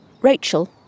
Rachel